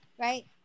right